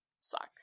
suck